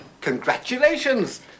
Congratulations